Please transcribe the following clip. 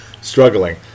struggling